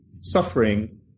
suffering